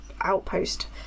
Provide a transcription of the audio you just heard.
outpost